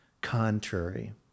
contrary